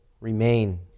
remain